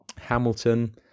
Hamilton